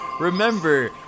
remember